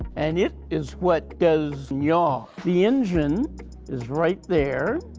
and it is what does yaw. the engine is right there.